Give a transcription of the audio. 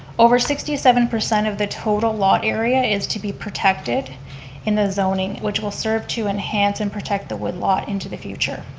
over sixty seven percent of the total law area is to be protected in the zoning, which will serve to enhance and protect the woodlot into the future.